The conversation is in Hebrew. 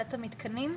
ועדת המתקנים?